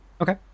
Okay